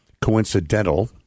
coincidental